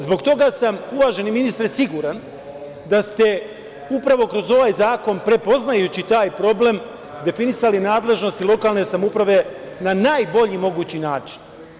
Zbog toga sam, uvaženi ministre, siguran da ste upravo kroz ovaj zakon, prepoznajući taj problem, definisali nadležnosti lokalne samouprave na najbolji mogući način.